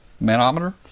Manometer